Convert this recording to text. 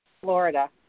Florida